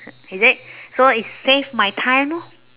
is it so it save my time lor